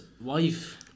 wife